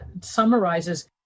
summarizes